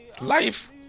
Life